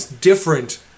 different